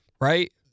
right